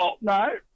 No